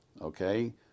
okay